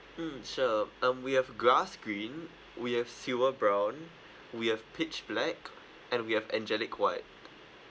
mm sure um we have grass green we have silver brown we have pitch black and we have angelic white